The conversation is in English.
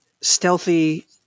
Stealthy